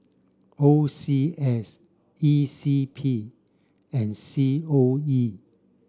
O C S E C P and C O E